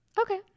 Okay